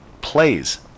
plays